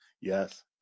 Yes